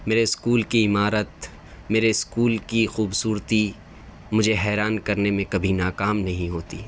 میرے اسکول کی عمارت میرے اسکول کی خوبصورتی مجھے حیران کرنے میں کبھی ناکام نہیں ہوتی